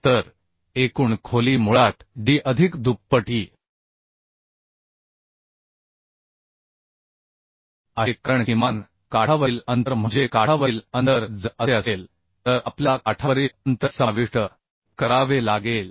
तर एकूण खोली मुळात डी अधिक दुप्पट ई आहे कारण किमान काठावरील अंतर म्हणजे काठावरील अंतर जर असे असेल तर आपल्याला काठावरील अंतर समाविष्ट करावे लागेल